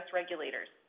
regulators